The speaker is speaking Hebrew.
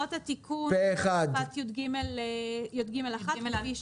לרבות התיקון בסעיף (יג1)(א).